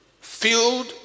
filled